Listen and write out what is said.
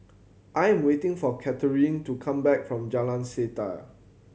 I'm waiting for Kathryn to come back from Jalan Setia